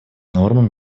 нормы